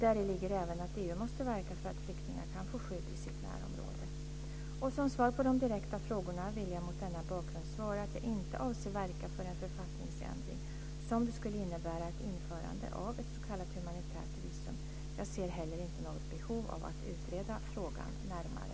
Däri ligger även att EU måste verka för att flyktingar ska kunna få skydd i sitt närområde. Som svar på de direkta frågorna vill jag mot denna bakgrund svara att jag inte avser verka för en författningsändring som skulle innebära ett införande av ett s.k. humanitärt visum. Jag ser heller inte något behov av att utreda frågan närmare.